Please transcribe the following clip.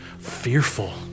fearful